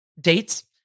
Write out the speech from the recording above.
dates